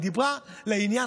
היא דיברה לעניין.